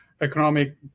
economic